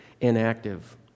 inactive